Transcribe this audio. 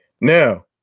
Now